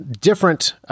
different